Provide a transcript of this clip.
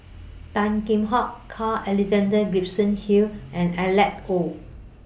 Tan Kheam Hock Carl Alexander Gibson Hill and Alank Oei